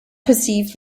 perceived